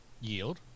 Yield